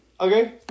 Okay